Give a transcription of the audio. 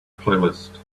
playlist